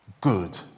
good